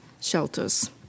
shelters